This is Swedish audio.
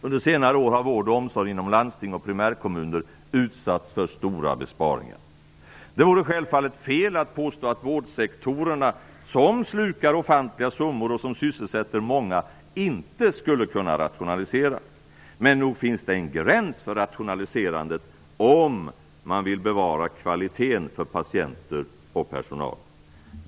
Under senare år har vård och omsorg inom landsting och primärkommuner utsatts för stora besparingar. Det vore självfallet fel att påstå att vårdsektorerna, som slukar ofantliga summor och som sysselsätter många, inte skulle kunna rationalisera. Men nog finns det en gräns för rationaliserandet om man vill bevara kvaliteten för patienter och personal.